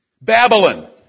Babylon